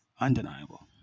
undeniable